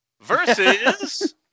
versus